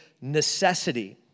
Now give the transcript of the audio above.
necessity